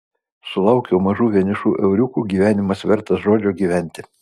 sulaukiau mažų vienišų euriukų gyvenimas vertas žodžio gyventi